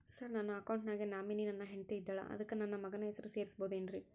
Sir ನನ್ನ account ಗೆ nominee ನನ್ನ ಹೆಂಡ್ತಿ ಇದ್ದಾಳ ಅದಕ್ಕ ನನ್ನ ಮಗನ ಹೆಸರು ಸೇರಸಬಹುದೇನ್ರಿ?